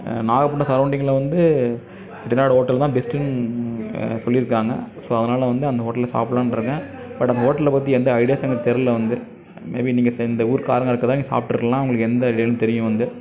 நாகப்பட்டினம் சரோண்டிங்கில் வந்து செட்டிநாடு ஹோட்டல் தான் பெஸ்ட்டுன் சொல்லியிருக்காங்க ஸோ அதனால் வந்து அந்த ஹோட்டலில் சாப்பிட்லான்ருக்கேன் பட் அந்த ஹோட்டலை பற்றி எந்த ஐடியாஸும் எனக்கு தெரில வந்து மேபி நீங்கள் ச இந்த ஊர்காரங்களா இருக்கனால் இங்கே சாப்பிட்ருக்கலாம் உங்களுக்கு எந்த ஏதுன்னு தெரியும் வந்து